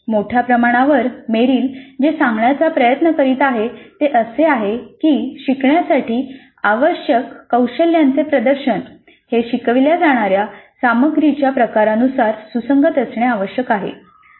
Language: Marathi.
मोठ्या प्रमाणावर मेरिल जे सांगण्याचा प्रयत्न करीत आहे ते असे आहे की शिकण्यासाठी आवश्यक कौशल्यांचे प्रदर्शन हे शिकविल्या जाणाऱ्या सामग्रीच्या प्रकारानुसार सुसंगत असणे आवश्यक आहे